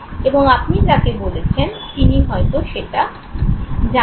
এবং আপনি যাকে বলছেন তিনি হয়তো সেটা জানেন